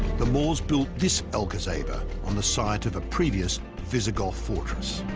the moors built this alcazaba on the site of a previous visigoth fortress